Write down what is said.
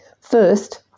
First